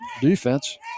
defense